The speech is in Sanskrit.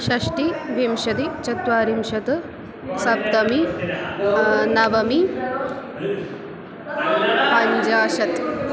षष्टिः विंशतिः चत्वारिंशत् सप्ततिः नवतिः पञ्जाशत्